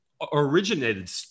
originated